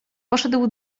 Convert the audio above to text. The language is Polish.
poszedł